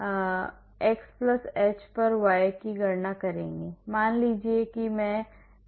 आगे की विधि में मैं x h पर y की गणना करूँगा